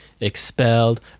expelled